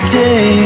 day